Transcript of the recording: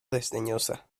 desdeñosa